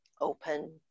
open